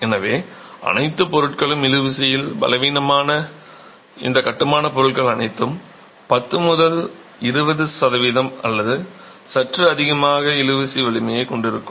எனவே அனைத்துப் பொருட்களும் இழுவிசையில் பலவீனமான இந்தக் கட்டுமானப் பொருட்கள் அனைத்தும் 10 முதல் 20 சதவிகிதம் அல்லது சற்று அதிகமாக இழுவிசை வலிமையைக் கொண்டிருக்கும்